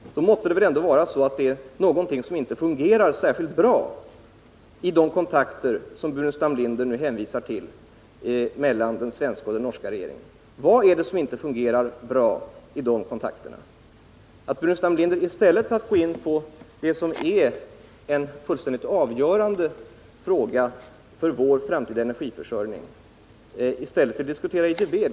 Då måste det ändå vara så att det är någonting som inte fungerar särskilt bra i de kontakter mellan den svenska och norska regeringen som Staffan Burenstam Linder nu hänvisar till. Vad är det då som inte fungerar bra i dessa kontakter? I stället för att gå in på vad som är en fullständigt avgörande fråga för den framtida energiförsörjningen diskuterar nu Staffan Burenstam Linder IDB.